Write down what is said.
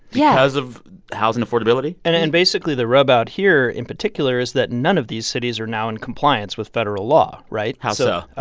yeah. because of housing affordability? and and basically the rub out here, in particular, is that none of these cities are now in compliance with federal law, right? how so?